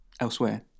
elsewhere